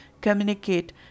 communicate